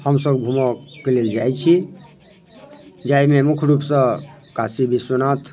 हमसब घूमऽके लेल जाइ छी जाहिमे मुख्य रूपसँ काशी विश्वनाथ